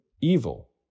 evil